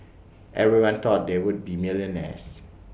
everyone thought they would be millionaires